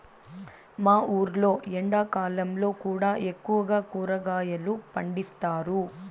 మా ఊర్లో ఎండాకాలంలో కూడా ఎక్కువగా కూరగాయలు పండిస్తారు